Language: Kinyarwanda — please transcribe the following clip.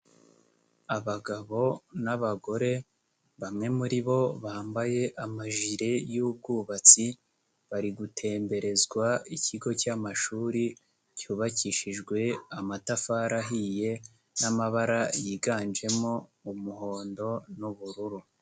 Abagabo n'abagore bamwe muri bo bambaye amajire y'ubwubatsi bari gutemberezwa ikigo cy'amashuri cyubakishijwe amatafari ahiye n'amabara yiganjemo umuhondo n'ubururu.